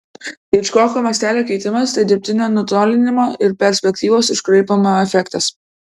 hičkoko mastelio keitimas tai dirbtinio nutolinimo ir perspektyvos iškraipymo efektas